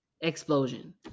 Explosion